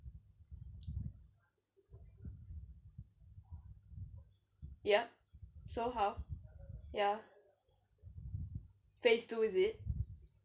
yep so how ya phase two is it